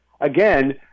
again